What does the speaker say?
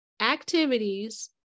activities